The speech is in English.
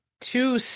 two